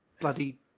bloody